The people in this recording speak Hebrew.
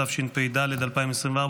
התשפ"ד 2024,